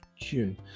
June